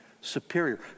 superior